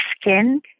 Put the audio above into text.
skin